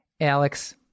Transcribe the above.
Alex